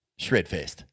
Shredfest